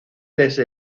desde